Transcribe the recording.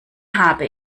habe